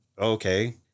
okay